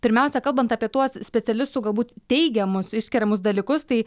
pirmiausia kalbant apie tuos specialistų galbūt teigiamus išskiriamus dalykus tai